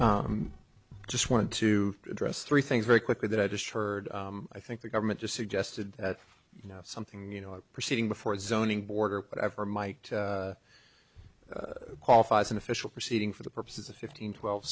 we just wanted to address three things very quickly that i just heard i think the government just suggested that you know something you know a proceeding before zoning board or whatever might qualifies an official proceeding for the purposes of fifteen twelve